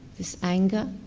this anger.